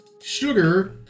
sugar